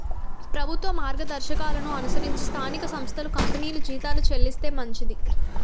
ప్రభుత్వ మార్గదర్శకాలను అనుసరించి స్థానిక సంస్థలు కంపెనీలు జీతాలు చెల్లిస్తే మంచిది